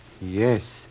Yes